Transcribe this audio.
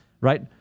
Right